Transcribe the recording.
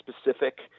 specific